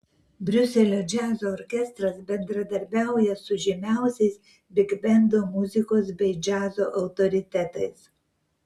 briuselio džiazo orkestras bendradarbiauja su žymiausiais bigbendo muzikos bei džiazo autoritetais